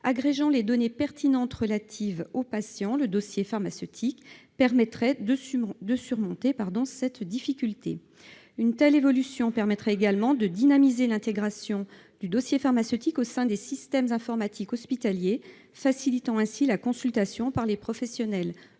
Agrégeant les données pertinentes relatives aux patients, le dossier pharmaceutique permettrait de surmonter cette difficulté. Une telle évolution permettrait également de dynamiser l'intégration du dossier pharmaceutique au sein des systèmes informatiques hospitaliers, facilitant ainsi la consultation par les professionnels